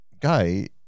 guy